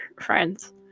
friends